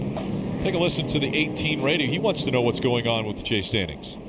take a listen to the eighteen. he wants to know what's going on with the chase standings.